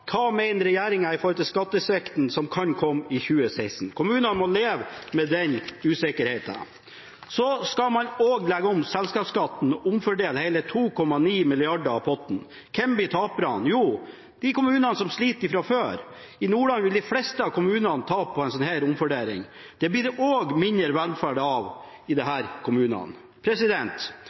Hva mener regjeringen med hensyn til skattesvikten som kan komme i 2016? Kommunene må leve med den usikkerheten. Så skal man også legge om selskapsskatten og omfordele hele 2,9 mrd. kr av potten. Hvem blir taperne? Jo, de kommunene som sliter fra før. I Nordland vil de fleste av kommunene tape på en slik omfordeling. Det blir det også mindre velferd av i